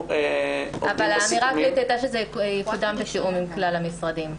אבל האמירה הכללית הייתה שזה יתואם בתיאום עם כלל המשרדים.